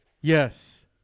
Yes